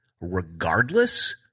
regardless